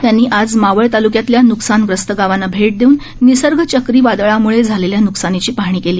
त्यांनी आज मावळ तालुक्यातल्या नुकसानग्रस्त गावांना भेट देऊन निसर्ग चक्रीवादळामुळे झालेल्या नुकसानीची पाहणी केली